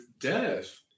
death